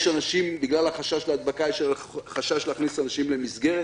בגלל החשש מהדבקה יש חשש להכניס אנשים למסגרת.